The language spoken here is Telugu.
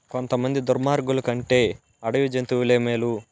కొంతమంది దుర్మార్గులు కంటే అడవి జంతువులే మేలు